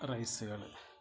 റൈസുകൾ